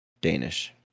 danish